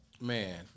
Man